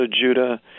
Judah